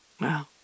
Wow